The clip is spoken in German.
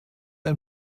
ein